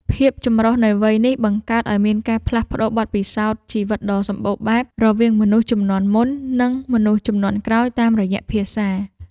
ភាពចម្រុះនៃវ័យនេះ បង្កើតឱ្យមានការផ្លាស់ប្តូរបទពិសោធន៍ជីវិតដ៏សម្បូរបែប រវាងមនុស្សជំនាន់មុន និងមនុស្សជំនាន់ក្រោយតាមរយៈភាសា។